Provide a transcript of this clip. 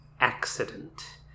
accident